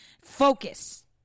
Focus